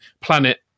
planet